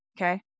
Okay